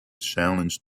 challenge